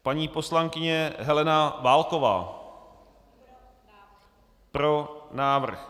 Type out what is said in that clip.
Paní poslankyně Helena Válková: Pro návrh.